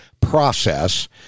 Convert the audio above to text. process